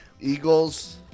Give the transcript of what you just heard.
Eagles